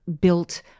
built